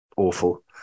awful